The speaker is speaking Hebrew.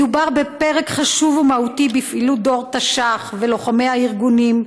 מדובר בפרק חשוב ומהותי בפעילות דור תש"ח ולוחמי הארגונים,